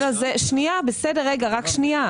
שנייה, רק שנייה.